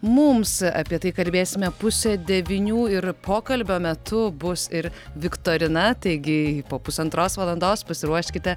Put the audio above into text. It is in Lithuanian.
mums apie tai kalbėsime pusę devynių ir pokalbio metu bus ir viktorina taigi po pusantros valandos pasiruoškite